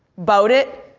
bout it,